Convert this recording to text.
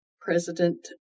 president